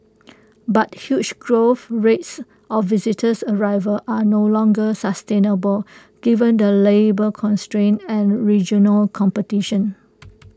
but huge growth rates of visitors arrivals are no longer sustainable given the labour constraints and regional competition